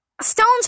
stone's